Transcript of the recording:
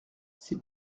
ses